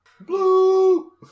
Blue